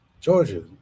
Georgia